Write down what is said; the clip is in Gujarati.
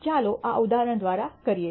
ચાલો આ ઉદાહરણ દ્વારા કરીએ